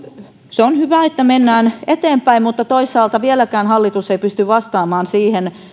se on hyvä että mennään eteenpäin mutta toisaalta vieläkään hallitus ei pysty vastaamaan siihen